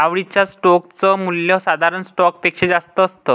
आवडीच्या स्टोक च मूल्य साधारण स्टॉक पेक्षा जास्त असत